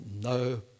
no